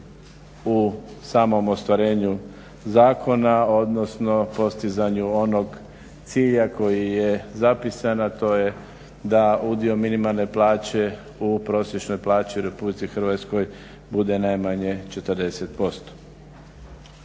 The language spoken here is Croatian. u samom ostvarenju zakona, odnosno postizanju onog cilja koji je zapisan, a to je da udio minimalne plaće u prosječnoj plaći u RH bude najmanje 40%.